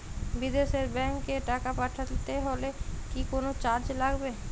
বিদেশের ব্যাংক এ টাকা পাঠাতে হলে কি কোনো চার্জ লাগবে?